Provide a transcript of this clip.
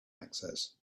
access